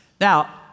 Now